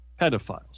Pedophiles